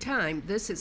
time this is